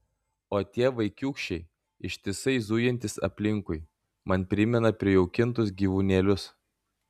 o tie vaikiūkščiai ištisai zujantys aplinkui man primena prijaukintus gyvūnėlius